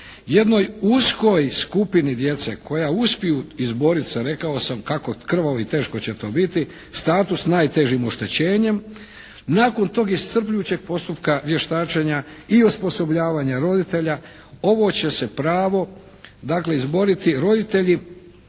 Jednoj uskoj skupini djece koja uspiju izboriti sa rekao sam kako krvavo i teško će to biti status najtežim oštećenjem, nakon tog iscrpljujućeg postupka vještačenja i osposobljavanja roditelja ovo će se pravo dakle izboriti roditelji